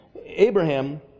Abraham